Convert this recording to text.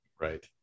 Right